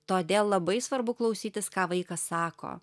todėl labai svarbu klausytis ką vaikas sako